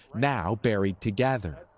now buried together.